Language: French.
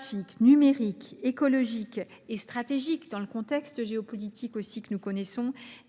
démographique, numérique, écologique et stratégique –, dans le contexte géopolitique que nous connaissons,